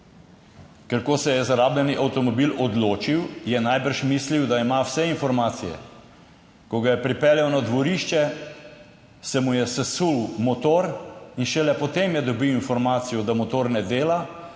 ker, ko se je za rabljeni avtomobil odločil je najbrž mislil, da ima vse informacije, ko ga je pripeljal na dvorišče, se mu je sesul motor in šele potem je dobil informacijo, da motor ne dela